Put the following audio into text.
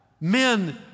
men